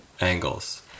angles